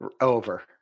Over